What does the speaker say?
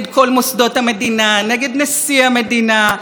עכשיו כמובן אנחנו דנים בסוגיית בית המשפט העליון.